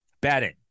Betting